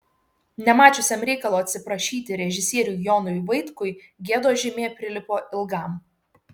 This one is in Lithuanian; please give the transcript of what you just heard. nemačiusiam reikalo atsiprašyti režisieriui jonui vaitkui gėdos žymė prilipo ilgam